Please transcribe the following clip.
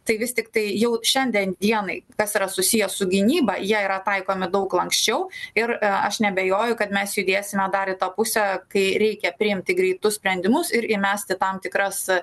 tai vis tiktai jau šiandien dienai kas yra susiję su gynyba jie yra taikomi daug lanksčiau ir aš neabejoju kad mes judėsime darė į tą pusę kai reikia priimti greitus sprendimus ir įmesti tam tikras